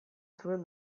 zuen